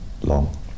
Long